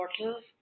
portals